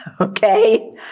Okay